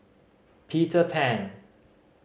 Peter Pan